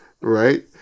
Right